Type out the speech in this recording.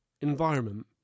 environment